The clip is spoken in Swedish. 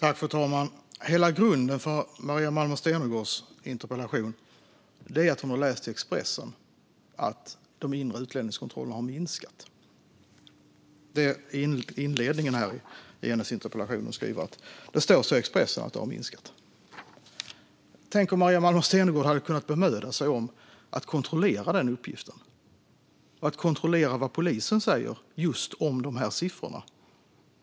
Fru talman! Hela grunden för Maria Malmer Stenergards interpellation är att hon har läst i Expressen att de inre utlänningskontrollerna har minskat. Det står i inledningen av hennes interpellation att det står så i Expressen. Tänk om Maria Malmer Stenergard hade kunnat bemöda sig om att kontrollera den uppgiften, att kontrollera vad polisen säger om just de här siffrorna.